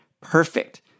perfect